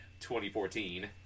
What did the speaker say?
2014